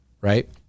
right